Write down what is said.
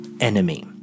enemy